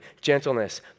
gentleness